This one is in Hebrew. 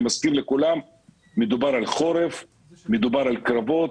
אני מזכיר לכולם, מדובר על חורף, מדובר על קרבות.